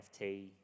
NFT